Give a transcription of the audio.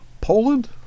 Poland